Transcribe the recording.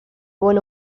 buen